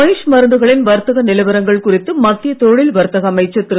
ஆயுஷ் மருந்துகளின் வர்த்தக நிலவரங்கள் குறித்து மத்திய தொழில் வர்த்தக அமைச்சர் திரு